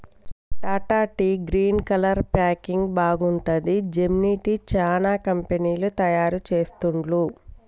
Tata tea green colour packing బాగుంటది, Gemini tea, చానా కంపెనీలు తయారు చెస్తాండ్లు